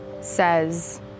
says